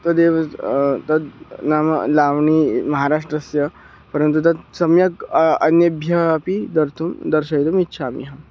तदेव तद् नाम लाव्णी महाराष्ट्रस्य परन्तु तत् सम्यक् अन्येभ्यः अपि दर्तुं दर्शयितुम् इच्छामि अहं